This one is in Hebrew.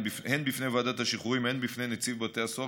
הן בפני ועדת השחרורים והן בפני נציב בתי הסוהר,